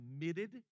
committed